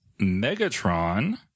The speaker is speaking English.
Megatron